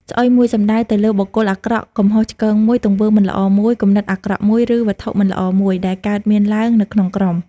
ស្អុយមួយ សំដៅទៅលើ បុគ្គលអាក្រក់ កំហុសឆ្គងមួយ ទង្វើមិនល្អមួយ គំនិតអាក្រក់មួយ ឬ វត្ថុមិនល្អមួយ ដែលកើតមានឡើងនៅក្នុងក្រុម។